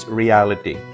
reality